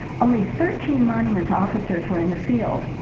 only thirteen monuments officers were in the field.